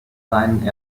seinen